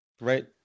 right